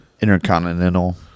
Intercontinental